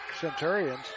Centurions